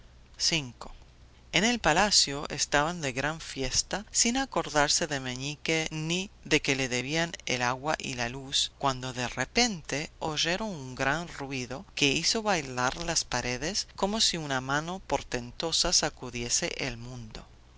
palacio en el palacio estaban de gran fiesta sin acordarse de meñique ni de que le debían el agua y la luz cuando de repente oyeron un gran ruido que hizo bailar las paredes como si una mano portentosa sacudiese el mundo era